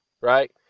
right